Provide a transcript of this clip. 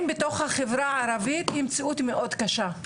בתוך החברה הערבית היא מציאות מאוד קשה.